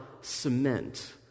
cement